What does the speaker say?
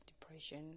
depression